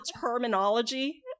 terminology